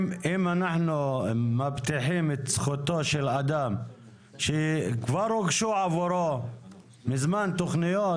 אם אנחנו מבטיחים את זכותו של אדם שכבר הוגשו עבורו מזמן תכניות,